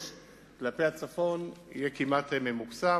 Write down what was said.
ואז כביש 6 כלפי הצפון יהיה כמעט ממוקסם,